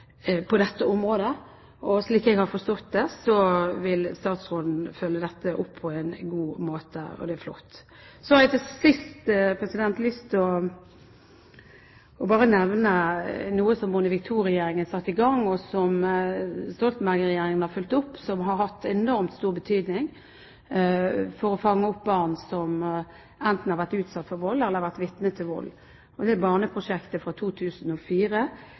på dette området. Slik jeg har forstått det, vil statsråden følge dette opp på en god måte. Det er flott. Så har jeg til sist lyst til å nevne noe som Bondevik II-regjeringen satte i gang, og som Stoltenberg-regjeringen har fulgt opp, som har hatt enormt stor betydning for å fange opp barn som enten har vært utsatt for vold, eller som har vært vitne til vold. Barneprosjektet fra 2004,